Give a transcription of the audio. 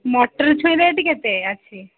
ମଟର ଛୁଇଁ ରେଟ୍ କେତେ ଅଛି